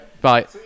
bye